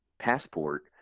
passport